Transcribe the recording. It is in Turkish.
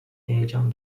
heyecan